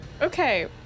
Okay